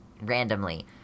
Randomly